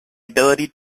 ability